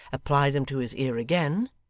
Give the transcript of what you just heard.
applied them to his ear again,